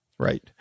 Right